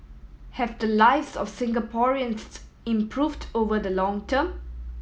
have the lives of Singaporeans improved over the long term